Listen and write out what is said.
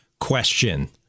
question